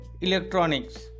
electronics